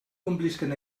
complisquen